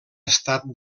estat